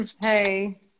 hey